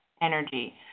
energy